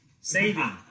Saving